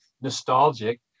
nostalgic